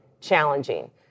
challenging